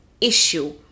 issue